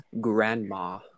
grandma